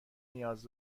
نیاز